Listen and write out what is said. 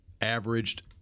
averaged